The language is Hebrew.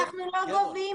אנחנו לא גובים,